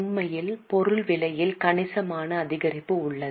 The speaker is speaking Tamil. உண்மையில் பொருள் விலையில் கணிசமான அதிகரிப்பு உள்ளது